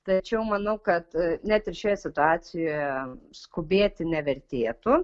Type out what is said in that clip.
tačiau manau kad net ir šioje situacijoje skubėti nevertėtų